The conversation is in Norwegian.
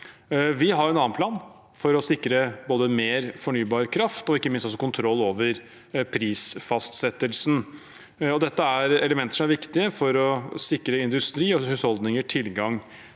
Vi har en annen plan for å sikre både mer fornybar kraft og ikke minst kontroll over prisfastsettelsen. Dette er elementer som er viktige for å sikre industrien og husholdningene tilgang